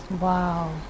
Wow